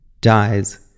dies